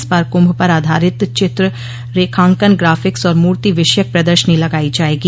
इस बार कुंभ पर आधारित चित्र रेखांकन ग्राफिक्स और मूर्ति विषयक प्रदर्शनी लगाई जायेंगी